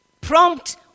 Prompt